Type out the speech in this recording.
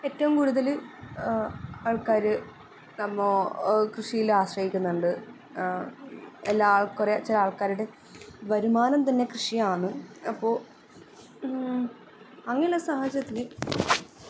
ഏറ്റവും കൂടുതൽ ആൾക്കാർ നമ്മൾ കൃഷിയിലാശ്രയിക്കുന്നുണ്ട് എല്ലാ കുറച്ച് ആൾക്കാരുടെ വരുമാനം തന്നെ കൃഷിയാണ് അപ്പോൾ അങ്ങനെയുള്ള സാഹച്യത്തിൽ